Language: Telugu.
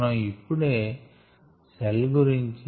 మనం ఇప్పుడే సెల్ గురించి